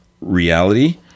reality